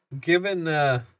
given